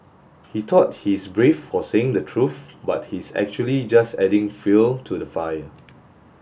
he thought he's brave for saying the truth but he's actually just adding fuel to the fire